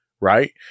right